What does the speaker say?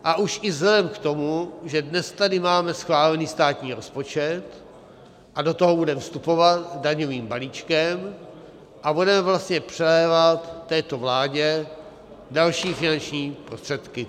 A už i vzhledem k tomu, že dnes tady máme schválený státní rozpočet a do toho budeme vstupovat daňovým balíčkem a budeme vlastně přelévat této vládě další finanční prostředky.